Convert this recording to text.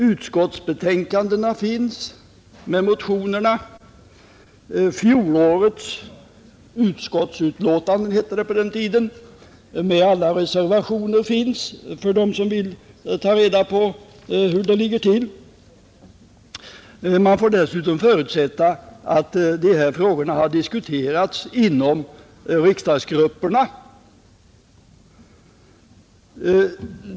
Utskottsbetänkandena med motionerna finns, och fjolårets utskottsutlåtanden, som det hette på den tiden, med alla reservationer finns också tillgängliga för den som vill ta reda på hur det ligger till. Man får dessutom förutsätta att dessa frågor har diskuterats inom riksdagsgrupperna.